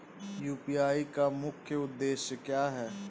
UPI का मुख्य उद्देश्य क्या है?